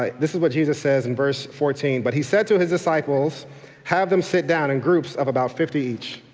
ah this is what jesus says in verse fourteen. but he said to his disciples have them sit down in groups of about fifty each.